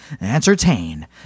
entertain